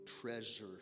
treasure